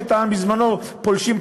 שטען בזמנו "פולשים",